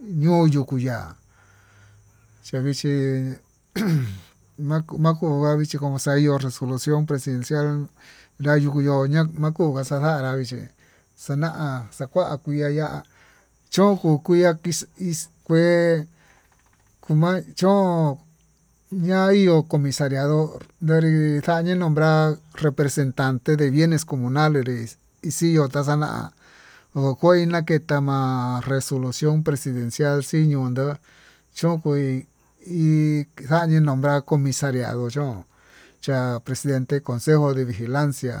Ño'o yuku ya'á chavichi makuu makuu yuku moco xa'a yuu resolución recidencial na'a yuku ñoo ya'a makuu naxanrá ndá xana'a xakua kuii yuyaya chón kon kuia ixkué, koma chón ña'a iho comisariado ñandii xani nombrar representante de bienes comunales ixiño taxana kokoi nakete ma'á, resolución presidencial xiñoo nró chon kuii hi xani nombrar comisariado okochón xa'a consejo de vigilancia